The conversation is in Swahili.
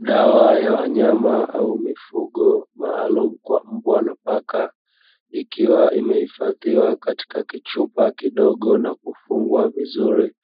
Dawa ya wanyama au mifugo maalumu kwa mbwa na paka, ikiwa imehifadhiwa katika kichupa kidogo na kufungwa vizuri,